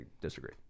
disagree